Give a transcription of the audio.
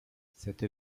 cette